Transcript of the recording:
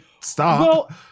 stop